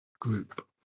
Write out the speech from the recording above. group